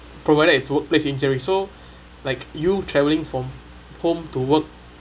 provided its workplace injury so like you travelling from home to work